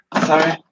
Sorry